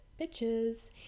bitches